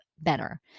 better